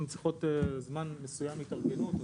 אם הן צריכות זמן מסוים להתארגנות,